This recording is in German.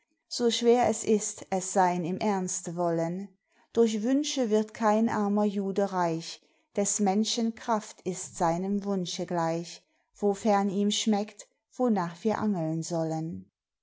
so schwer es ist es sein im ernste wollen durch wünsche wird kein armer jude reich des menschen kraft ist seinem wunsche gleich wofern ihm schmeckt wonach wir angeln sollen